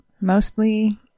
Mostly